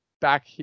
back